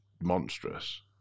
monstrous